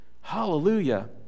Hallelujah